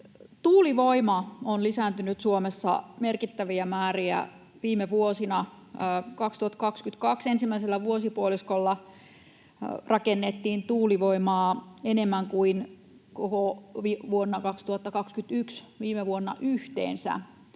Tuulivoima on lisääntynyt Suomessa merkittäviä määriä viime vuosina. Vuoden 2022 ensimmäisellä vuosipuoliskolla rakennettiin tuulivoimaa enemmän kuin koko vuonna 2021 eli viime vuonna yhteensä,